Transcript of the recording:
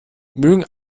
mögen